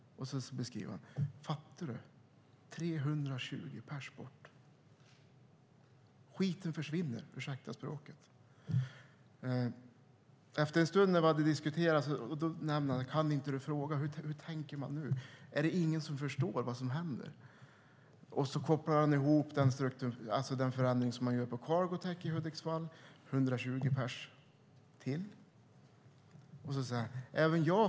Han säger: Fattar du - 320 pers bort! Skiten försvinner! Ursäkta språket, herr talman. När vi diskuterat en stund säger han: Kan du inte fråga hur man tänker nu? Är det ingen som förstår vad som händer? Han kopplar också ihop detta med den förändring som sker på Cargotec i Hudiksvall - 120 pers till.